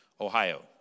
Ohio